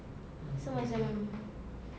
so macam